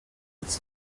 ets